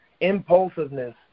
impulsiveness